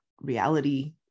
reality